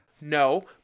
No